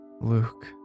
Luke